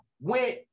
went